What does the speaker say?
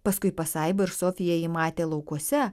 paskui pasaiba ir sofija jį matė laukuose